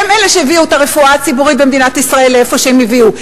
שהם אלה שהביאו את הרפואה הציבורית במדינת ישראל למקום שהם הביאו.